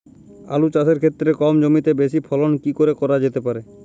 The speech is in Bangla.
আলু চাষের ক্ষেত্রে কম জমিতে বেশি ফলন কি করে করা যেতে পারে?